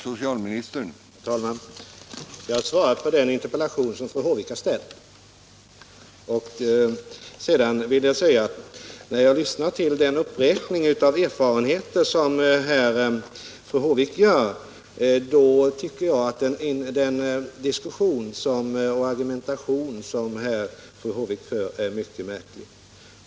Herr talman! Jag har svarat på den interpellation fru Håvik har ställt. När jag lyssnar till den upprepning av erfarenheter som fru Håvik gör tycker jag att den diskussion och argumentation som fru Håvik framför är mycket märklig.